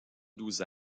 douze